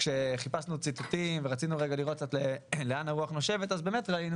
כשחיפשנו ציטוטים וניסינו לראות לאן הרוח נושבת אז באמת ראינו